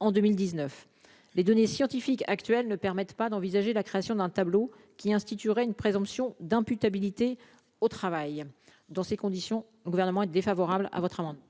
en 2019 les données scientifiques actuelles ne permettent pas d'envisager la création d'un tableau qui instituerait une présomption d'imputabilité au travail dans ces conditions, le gouvernement est défavorable à votre amendement.